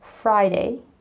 Friday